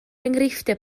enghreifftiau